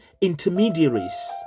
intermediaries